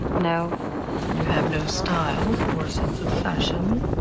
no. and you have no style or sense of fashion.